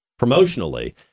promotionally